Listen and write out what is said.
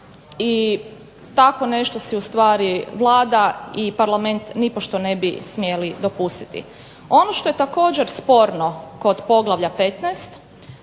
i tako nešto si Vlada i Parlament nipošto ne bi smjeli dopustiti. Ono što je također sporno kod poglavlja 15,